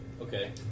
Okay